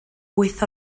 wyth